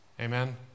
Amen